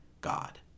God